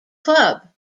club